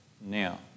now